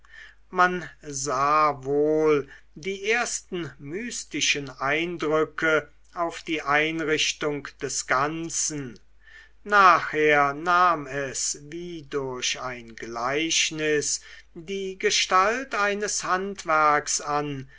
man sah wohl die ersten mystischen eindrücke auf die einrichtung des ganzen nachher nahm es wie durch ein gleichnis die gestalt eines handwerks an